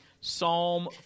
Psalm